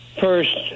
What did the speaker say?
first